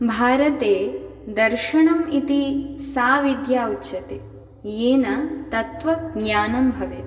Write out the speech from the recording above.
भारते दर्शनम् इति सा विद्या उच्यते येन तत्वज्ञानं भवेत्